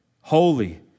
Holy